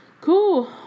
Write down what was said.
cool